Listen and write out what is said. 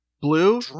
Blue